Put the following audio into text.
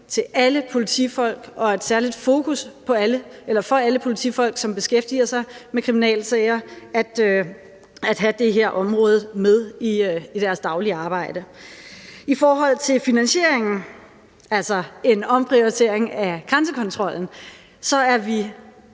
af alle politifolk og et særligt fokus for alle politifolk, som beskæftiger sig med kriminalsager, at have det her område med i deres daglige arbejde. I forhold til finansieringen, altså en omprioritering af grænsekontrollen, er vi